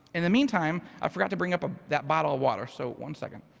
in the meantime, i forgot to bring up ah that bottle of water, so one second.